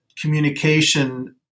communication